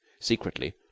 Secretly